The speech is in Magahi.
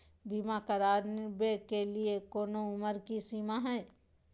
बीमा करावे के लिए कोनो उमर के सीमा है?